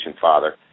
Father